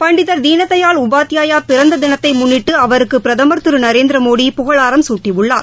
பண்டிதர் தீனதயாள் உபாத்யாயா பிறந்த தினத்தை முன்னிட்டு அவருக்கு பிரதமர் திரு நரேந்திரமோடி புகழாரம் சூட்டியுள்ளார்